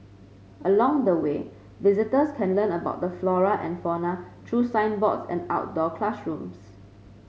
along the way visitors can learn about the flora and fauna through signboards and outdoor classrooms